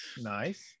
Nice